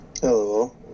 Hello